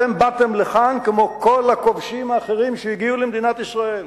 אתם באתם לכאן כמו כל הכובשים האחרים שהגיעו לארץ-ישראל.